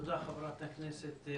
תודה רבה, חברת ג'ידא.